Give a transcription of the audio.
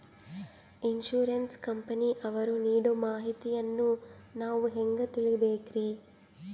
Insurance ಕಂಪನಿಯವರು ನೀಡೋ ಮಾಹಿತಿಯನ್ನು ನಾವು ಹೆಂಗಾ ತಿಳಿಬೇಕ್ರಿ?